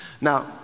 now